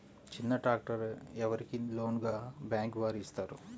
చిన్న ట్రాక్టర్ ఎవరికి లోన్గా బ్యాంక్ వారు ఇస్తారు?